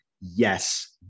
Yes